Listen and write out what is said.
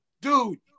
Dude